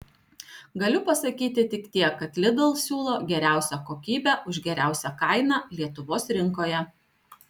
galiu pasakyti tik tiek kad lidl siūlo geriausią kokybę už geriausią kainą lietuvos rinkoje